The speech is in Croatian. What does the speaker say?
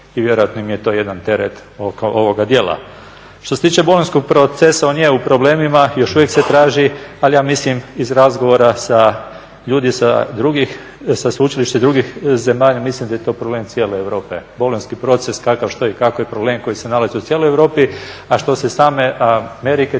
i vjerojatno im je to jedan teret oko ovog dijela. Što se tiče bolonjskog procesa on je u problemima, još uvijek se traži, ali ja mislim iz razgovora sa ljudima sa sveučilišta i drugih zemalja, mislim da je to problem cijele Europe. Bolonjski proces kakav, što i kako je i problemi koji se nalaze u cijeloj Europi, a što se same Amerike